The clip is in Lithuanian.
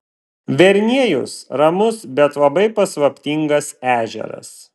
verniejus ramus bet labai paslaptingas ežeras